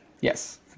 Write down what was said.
yes